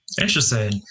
Interesting